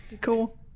Cool